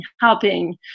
helping